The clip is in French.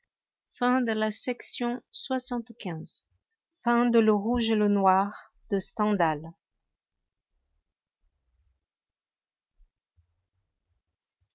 la fin de